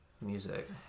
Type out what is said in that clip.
music